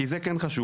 כי זה כן חשוב.